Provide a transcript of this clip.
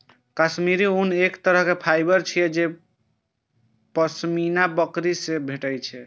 काश्मीरी ऊन एक तरहक फाइबर छियै जे पश्मीना बकरी सं भेटै छै